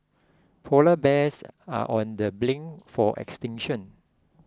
Polar Bears are on the brink for extinction